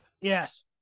Yes